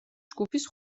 ჯგუფის